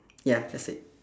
ya that's it